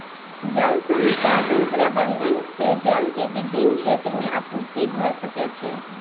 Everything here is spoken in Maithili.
जल संसाधन प्रबंधन से जल के विभिन क्षेत्र में आपूर्ति भअ सकै छै